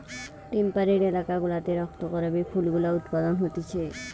temperate এলাকা গুলাতে রক্ত করবি ফুল গুলা উৎপাদন হতিছে